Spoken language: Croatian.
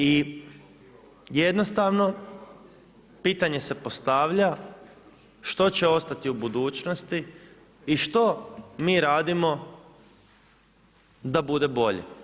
I jednostavno pitanje se postavlja, što će ostati u budućnosti i što mi radimo da bude bolje?